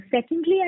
Secondly